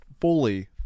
fully